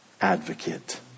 advocate